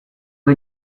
the